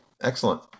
Excellent